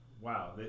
wow